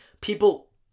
People